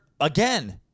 again